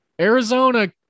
Arizona